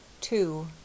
Two